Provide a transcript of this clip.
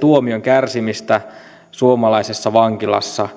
tuomion kärsimistä suomalaisessa vankilassa